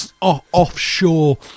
offshore